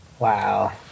Wow